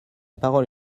parole